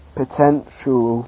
potential